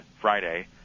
Friday